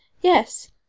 Yes